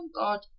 God